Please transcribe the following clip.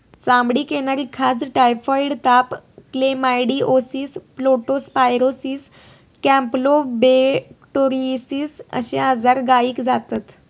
चामडीक येणारी खाज, टायफॉइड ताप, क्लेमायडीओसिस, लेप्टो स्पायरोसिस, कॅम्पलोबेक्टोरोसिस अश्ये आजार गायीक जातत